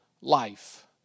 life